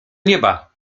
nieba